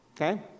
Okay